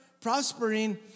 Prospering